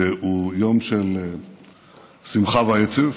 שהוא יום של שמחה ועצב.